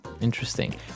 Interesting